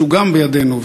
שגם הוא בידינו,